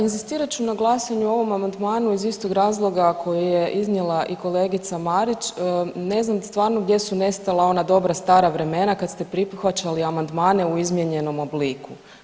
Inzistirat ću na glasanje o ovom amandmanu iz istog razloga koji je iznijela i kolegica Marić, ne znam stvarno gdje su nestala ona dobra stara vremena kad ste prihvaćali amandmane u izmijenjenom obliku.